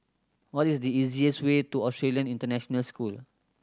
what is the easiest way to Australian International School